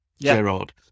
Gerard